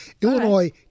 Illinois